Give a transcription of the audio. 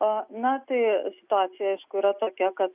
a na taiį situacija aišku yra tokia kad